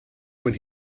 when